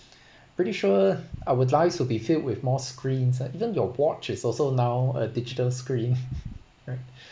pretty sure our lives will be filled with more screens like even your watch is also now a digital screen right